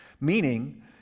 Meaning